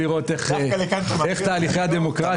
מתבצעים תהליכי הדמוקרטיה.